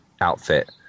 outfit